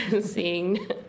Seeing